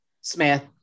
Smith